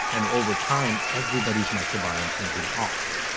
and over time, everybody's microbiome can be off